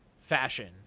fashion